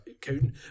counting